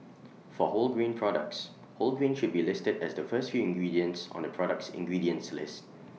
for wholegrain products whole grain should be listed as the first few ingredients on the product's ingredients list